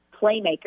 playmaker